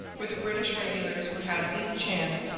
where the british regulars would have least chance,